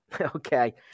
okay